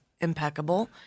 impeccable